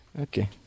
Okay